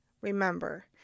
remember